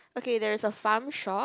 okay there is a farm shop